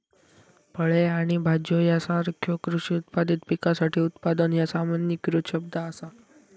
फळे आणि भाज्यो यासारख्यो कृषी उत्पादित पिकासाठी उत्पादन ह्या सामान्यीकृत शब्द असा